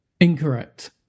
Incorrect